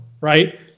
right